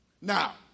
Now